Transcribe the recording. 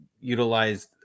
utilize